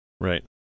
Right